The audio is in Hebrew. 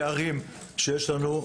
למדנו על הפערים שיש לנו.